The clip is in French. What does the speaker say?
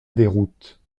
déroute